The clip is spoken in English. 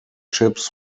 chips